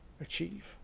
achieve